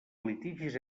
litigis